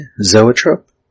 zoetrope